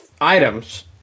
items